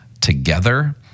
together